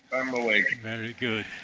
i'm awake very good.